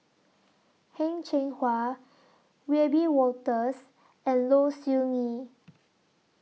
Heng Cheng Hwa Wiebe Wolters and Low Siew Nghee